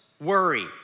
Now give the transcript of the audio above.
worry